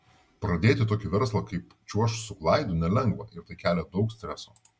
pradėti tokį verslą kaip čiuožk su klaidu nelengva ir tai kelia daug streso